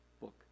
book